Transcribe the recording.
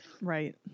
right